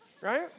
Right